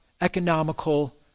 economical